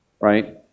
right